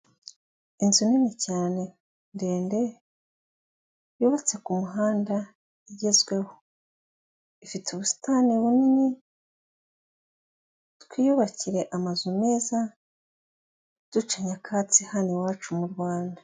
Inzu nini cyane ndende, yubatse ku muhanda igezweho, ifite ubusitani bunini, twiyubakire amazu meza duca nyakatsi hano iwacu mu Rwanda.